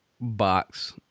box